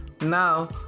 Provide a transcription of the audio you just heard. Now